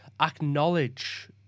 acknowledge